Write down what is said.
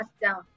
down